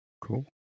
Cool